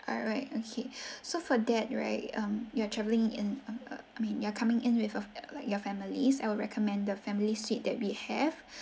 alright okay so for that right um you are traveling in err I mean you are coming in with a your like families I would recommend the family suite that we have